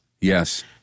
Yes